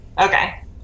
okay